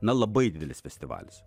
na labai didelis festivalis